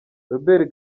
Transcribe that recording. robert